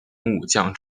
武将